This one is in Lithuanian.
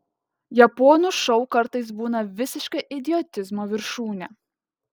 japonų šou kartais būna visiška idiotizmo viršūnė